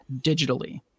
digitally